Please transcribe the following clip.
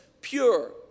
pure